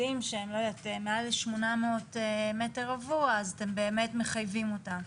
מעל 800 מ"ר, אז אתם באמת מחייבים אותם.